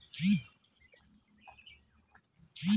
ধান চাষ করিবার সময় কতবার জলসেচ করা প্রয়োজন?